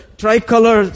tricolor